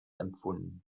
empfunden